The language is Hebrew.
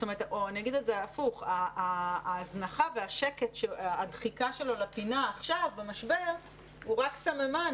אגיד הפוך: ההזנחה והדחיקה שלו לפינה עכשיו במשבר היא רק סממן,